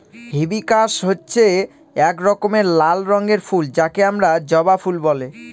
hibiscus হচ্ছে এক রকমের লাল রঙের ফুল যাকে আমরা জবা ফুল বলে